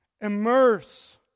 immerse